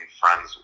friends